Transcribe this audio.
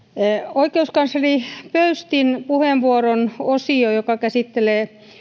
oikeuskansleri pöystin puheenvuoron osio joka käsittelee